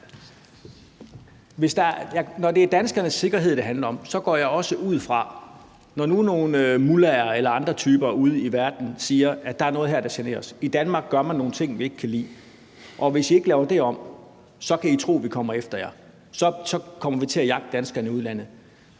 når det er danskernes sikkerhed, det handler om, går jeg også ud fra, at når nu nogle mullaher eller andre typer ude i verden siger, at der er noget, der generer dem – at i Danmark gør man nogle ting, de ikke kan lide, og hvis vi ikke laver det om, så kan vi tro, at de kommer efter os og vil jagte danskere i udlandet